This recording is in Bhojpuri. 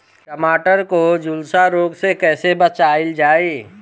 टमाटर को जुलसा रोग से कैसे बचाइल जाइ?